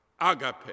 agape